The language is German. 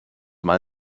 mal